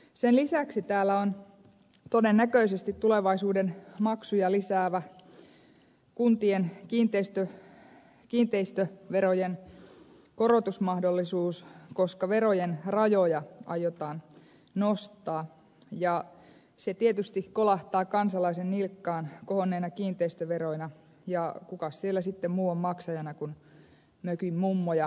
sen lisäksi täällä on todennäköisesti tulevaisuuden maksuja lisäävä kuntien kiinteistöverojen korotusmahdollisuus koska verojen rajoja aiotaan nostaa ja se tietysti kolahtaa kansalaisen nilkkaan kohonneina kiinteistöveroina ja kukas siellä sitten muu on maksajana kuin mökin mummo ja talon matti